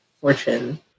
fortune